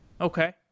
Okay